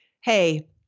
Hey